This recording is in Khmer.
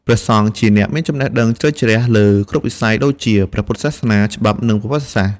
ព្រះសង្ឃជាអ្នកមានចំណេះដឹងជ្រៅជ្រះលើគ្រប់វិស័យដូចជា ព្រះពុទ្ធសាសនា ច្បាប់ និង ប្រវត្តិសាស្ត្រ ។